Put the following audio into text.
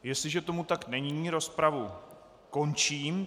Jestliže tomu tak není, rozpravu končím.